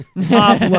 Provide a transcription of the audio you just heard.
top